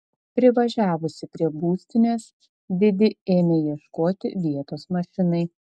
privažiavusi prie būstinės didi ėmė ieškoti vietos mašinai